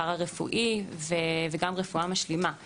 עם טיפול פרא-רפואי וגם עם רפואה אינטגרטיבית.